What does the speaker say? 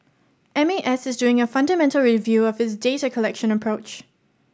M A S is doing a fundamental review of its data collection approach